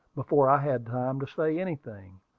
before i had time to say anything.